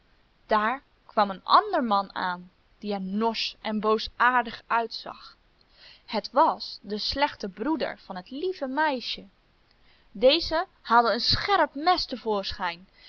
daar kwam een ander man aan die er norsch en boosaardig uitzag het was de slechte broeder van het lieve meisje deze haalde een scherp